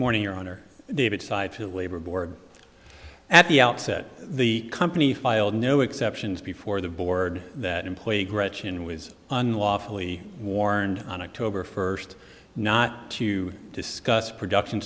morning your honor david sidehill labor board at the outset the company filed no exceptions before the board that employee gretchen was unlawfully warned on october first not to discuss production